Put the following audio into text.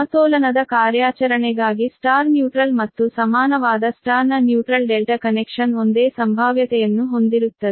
ಸಮತೋಲನದ ಕಾರ್ಯಾಚರಣೆಗಾಗಿ Y neutral ಮತ್ತು ಸಮಾನವಾದ Y ನ ನ್ಯೂಟ್ರಲ್ ∆ ಕನೆಕ್ಷನ್ ಒಂದೇ ಸಂಭಾವ್ಯತೆಯನ್ನು ಹೊಂದಿರುತ್ತದೆ